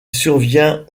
survient